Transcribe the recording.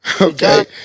okay